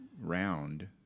round